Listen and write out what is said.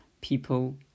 people